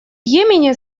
йемене